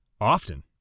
Often